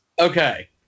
Okay